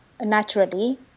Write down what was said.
naturally